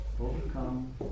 Overcome